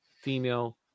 female